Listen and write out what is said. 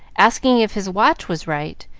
asking if his watch was right,